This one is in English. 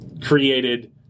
created